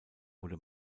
wurde